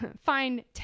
fine